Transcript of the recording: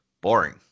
Boring